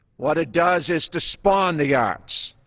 what it does is to spawn the arts.